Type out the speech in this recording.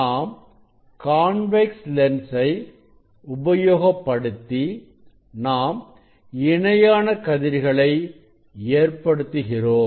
நாம் கான்வெக்ஸ் லென்சை உபயோகப்படுத்தி நாம் இணையான கதிர்களை ஏற்படுத்துகிறோம்